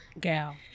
gal